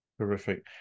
Terrific